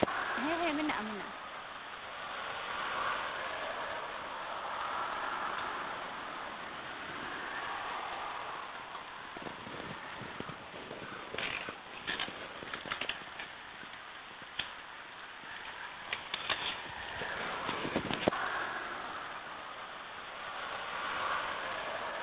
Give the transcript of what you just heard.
ᱦᱮᱸ ᱦᱮᱸ ᱢᱮᱱᱟᱜᱼᱟ ᱢᱮᱱᱟᱜᱼᱟ